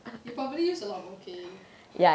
you probably use a lot of okay